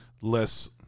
less